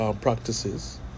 practices